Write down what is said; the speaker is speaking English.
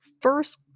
First